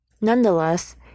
Nonetheless